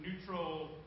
neutral